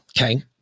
okay